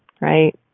right